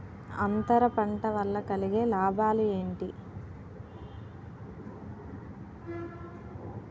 అంతర పంట వల్ల కలిగే లాభాలు ఏంటి